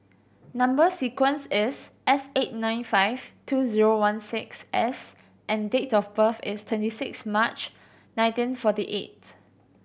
number sequence is S eight nine five two zero one six S and date of birth is twenty six March nineteen forty eight